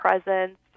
presence